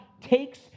takes